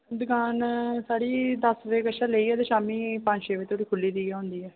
दकान साढ़ी दस बजे कश लेइयै ते शामी पंज छे बजे धोड़ी खुल्ली दी गै होंदी ऐ